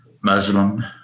Muslim